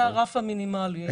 זה הרף המינימלי.